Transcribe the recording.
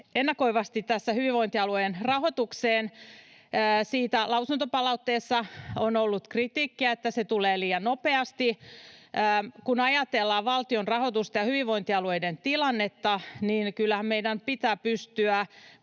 ennakoivasti hyvinvointialueen rahoitukseen on lausuntopalautteessa ollut kritiikkiä, että se tulee liian nopeasti. Kun ajatellaan valtion rahoitusta ja hyvinvointialueiden tilannetta, niin kyllähän meidän pitää pystyä